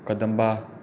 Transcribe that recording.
Kadamba